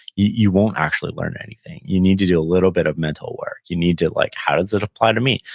you won't actually learn anything. you need to do a little bit of mental work. you need to, like how does it apply to me?